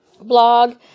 blog